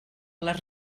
les